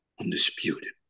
Undisputed